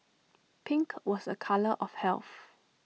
pink was A colour of health